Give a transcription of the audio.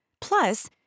Plus